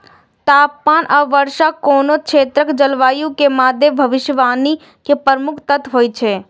तापमान आ वर्षा कोनो क्षेत्रक जलवायु के मादे भविष्यवाणी के प्रमुख तत्व होइ छै